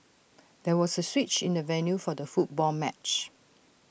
there was A switch in the venue for the football match